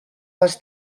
les